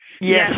Yes